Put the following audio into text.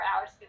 hours